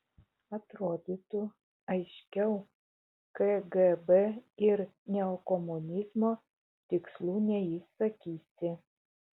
atrodytų aiškiau kgb ir neokomunizmo tikslų neišsakysi